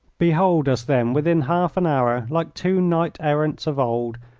behold us then within half an hour, like two knight-errants of old,